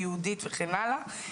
יהודית וכן הלאה,